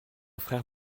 frère